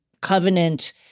Covenant